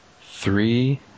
Three